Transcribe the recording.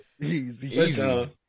easy